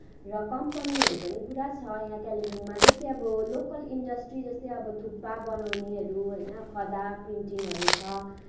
र कम्पनीहरू पनि पुरा छ यहाँ कालिम्पोङमा जस्तै अब लोकल इन्डस्ट्री जस्तै अब थुक्पा बनाउनेहरू होइन खदा प्रिन्टिङहरू छ